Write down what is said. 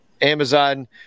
Amazon